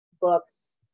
books